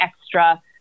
extra